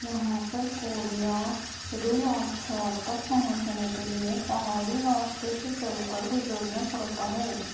یہاں پر کوریا رو آبشار تک پہنچنے کے لیے پہاڑی راستے سے چل کر گزرنا پڑتا ہے